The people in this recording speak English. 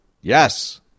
Yes